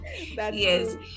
Yes